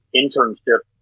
internship